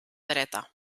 dreta